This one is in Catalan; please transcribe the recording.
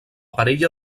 parella